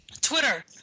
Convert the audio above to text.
Twitter